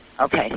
Okay